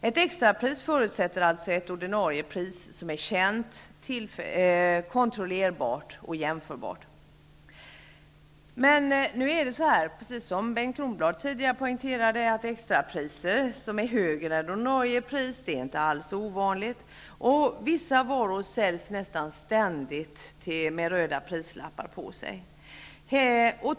Ett extrapris förutsätter alltså ett ordinarie pris som är känt, kontrollerbart och jämförbart. Men precis som Bengt Kronblad tidigare poängterade är det inte alldeles ovanligt med extrapriser som är högre än ordinarie priser. Vissa varor säljs nästan ständigt med röda prislappar på.